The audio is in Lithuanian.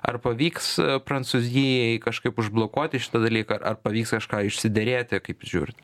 ar pavyks prancūzijai kažkaip užblokuoti šitą dalyką ar pavyks kažką išsiderėti kaip jūs žiūrit